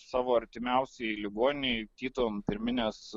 savo artimiausiai ligoninei kitom pirminės